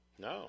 No